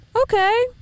Okay